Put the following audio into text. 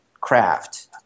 craft